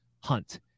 hunt